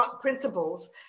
principles